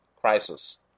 crisis